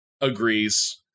agrees